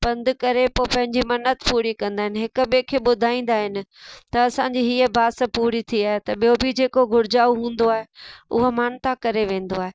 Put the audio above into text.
पंधु करे पोइ पंहिंजी मन्नत पूरी कंदा आहिनि हिक ॿिए खे ॿुधाईंदा आहिनि त असांजी हीअ बास पूरी थी आहे त ॿियो बि जेको घुरिजा हूंदो आहे उहा मानता करे वेंदो आहे